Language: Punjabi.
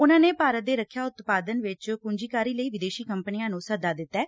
ਉਨੂਾਂ ਨੇ ਭਾਰਤ ਦੇ ਰੱਖਿਆ ਉਤਪਾਦਨ ਵਿਚ ਪੁੰਜੀਕਾਰੀ ਲਈ ਵਿਦੇਸ਼ੀ ਕੰਪਨੀਆਂ ਨੂੰ ਸੱਦਾ ਦਿੱਤੈ